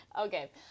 Okay